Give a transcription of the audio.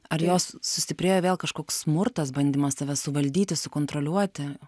ar jos sustiprėjo vėl kažkoks smurtas bandymas save suvaldyti sukontroliuoti